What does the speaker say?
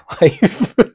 life